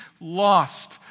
lost